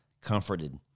comforted